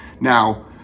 Now